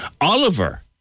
Oliver